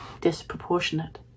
disproportionate